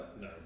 No